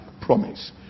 promise